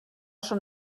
schon